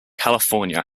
california